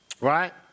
Right